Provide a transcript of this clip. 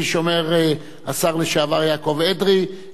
כפי שאומר השר לשעבר יעקב אדרי,